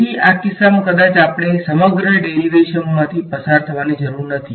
તેથી આ કિસ્સામાં કદાચ આપણે સમગ્ર ડેરીવેશનમાથી પસાર થવાની જરૂર નથી